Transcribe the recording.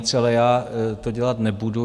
Ale já to dělat nebudu.